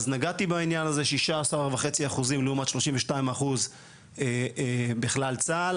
אז נגעתי בעניין הזה - 16 וחצי אחוזים לעומת 32 אחוז בכלל צה”ל.